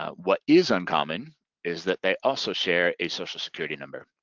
ah what is uncommon is that they also share a social security number.